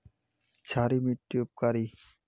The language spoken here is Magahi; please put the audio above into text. क्षारी मिट्टी उपकारी?